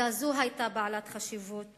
עובדה זו היתה בעלת חשיבות